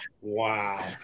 Wow